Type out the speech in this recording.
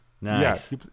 Nice